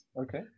Okay